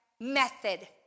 method